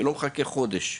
זה לא חיכה חודש.